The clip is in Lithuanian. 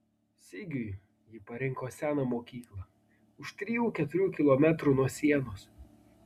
sigiui ji parinko seną mokyklą už trijų keturių kilometrų nuo sienos